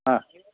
ആ